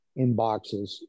inboxes